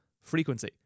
frequency